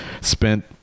spent